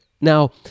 Now